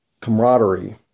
Camaraderie